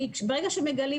כי ברגע שמגלים